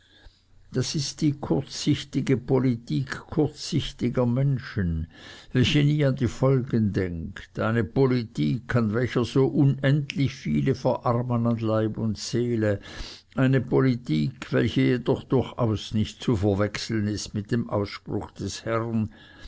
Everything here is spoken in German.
das ist die kurzsichtige politik kurzsichtiger menschen welche nie an die folgen denkt eine politik an welcher so unendlich viele verarmen an leib und seele eine politik welche jedoch durchaus nicht zu verwechseln ist mit dem ausspruch des herrn